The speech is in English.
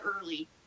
early